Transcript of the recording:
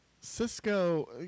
cisco